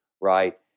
right